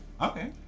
Okay